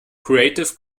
creative